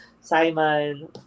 Simon